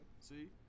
See